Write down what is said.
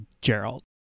Gerald